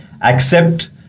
accept